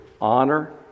honor